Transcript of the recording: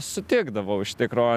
sutikdavau iš tikro